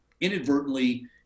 inadvertently